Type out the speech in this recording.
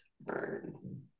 burn